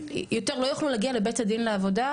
יותר לא יוכלו להגיע לבית הדין לעבודה,